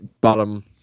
bottom